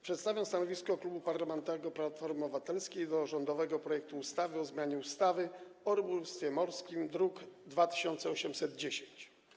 Przedstawiam stanowisko Klubu Parlamentarnego Platforma Obywatelska w sprawie rządowego projektu ustawy o zmianie ustawy o rybołówstwie morskim, druk nr 2810.